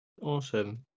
Awesome